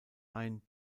ein